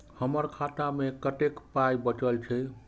हमर खाता मे कतैक पाय बचल छै